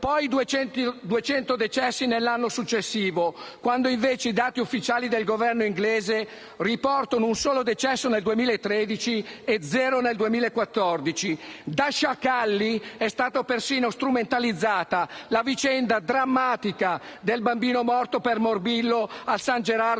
i 200 decessi nell'anno successivo, quando invece i dati ufficiali del Governo britannico riportano un solo decesso nel 2013 e zero nel 2014. Da sciacalli è stata persino strumentalizzata la vicenda drammatica del bambino morto per morbillo al San Gerardo